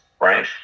Right